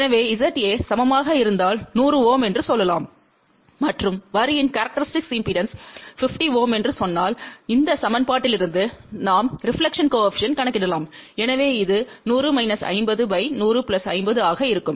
எனவே ZA சமமாக இருந்தால் 100 Ω என்று சொல்லலாம் மற்றும் வரியின் கேரக்டரிஸ்டிக் இம்பெடன்ஸ் 50 Ω என்று சொன்னால் இந்த சமன்பாட்டிலிருந்து நாம் ரெபிலெக்ஷன் கோஏபிசிஎன்ட் கணக்கிடலாம் எனவே இது 100−50 100 50 ஆக இருக்கும்